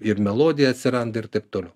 ir melodija atsiranda ir taip toliau